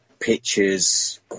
Pictures